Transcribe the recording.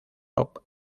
pop